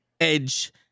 Edge